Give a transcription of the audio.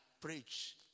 preach